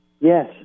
Yes